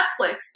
Netflix